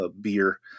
beer